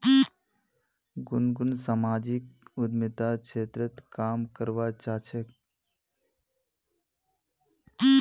गुनगुन सामाजिक उद्यमितार क्षेत्रत काम करवा चाह छेक